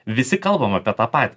visi kalbam apie tą patį